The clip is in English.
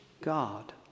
God